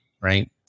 Right